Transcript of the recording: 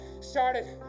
started